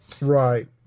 Right